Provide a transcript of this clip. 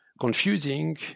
confusing